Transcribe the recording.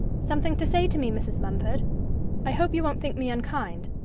something to say to me, mrs. mumford i hope you won't think me unkind.